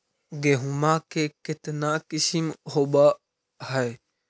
गेहूमा के कितना किसम होबै है?